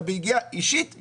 זאת בהחלט החמרה.